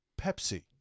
Pepsi